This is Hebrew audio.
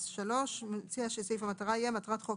3. מציעה שסעיף המטרה יהיה: מטרת חוק